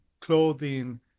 clothing